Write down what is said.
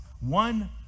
one